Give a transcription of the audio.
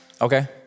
okay